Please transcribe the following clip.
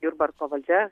jurbarko valdžia